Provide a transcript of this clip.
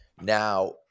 now